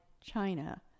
China